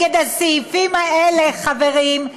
על הסעיפים האלה, חברים,